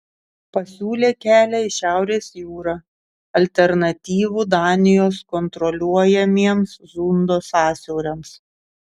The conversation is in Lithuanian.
pasiūlė kelią į šiaurės jūrą alternatyvų danijos kontroliuojamiems zundo sąsiauriams